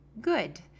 good